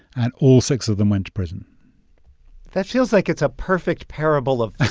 and all six of them went to prison that feels like it's a perfect parable of